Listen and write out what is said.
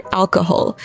alcohol